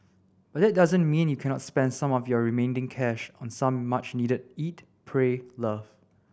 but that doesn't mean you cannot spend some of your remaining cash on some much needed eat pray love